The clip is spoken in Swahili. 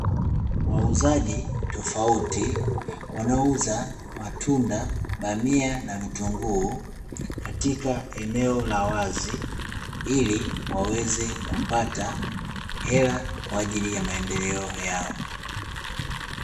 Wauzaji tofauti wanaouza matunda, bamia na Vitunguu katika eneo la wazi, ili waweze kupata hela kwa ajili ya maendeleo yao.